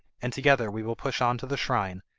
and together we will push on to the shrine,